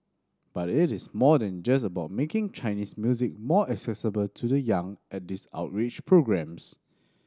but it is more than just about making Chinese music more accessible to the young at these outreach programmes